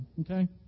Okay